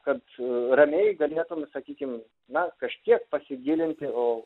kad ramiai galėtum sakykim na kažkiek pasigilinti o